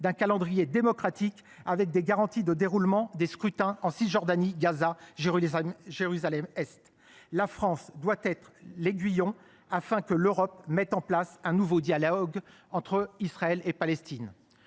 d’un calendrier démocratique avec des garanties de déroulement des scrutins en Cisjordanie, à Gaza et à Jérusalem Est. La France doit jouer un rôle d’aiguillon afin que l’Europe mette en place un nouveau dialogue entre Israël et la Palestine.